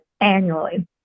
annually